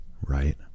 right